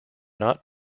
not